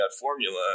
formula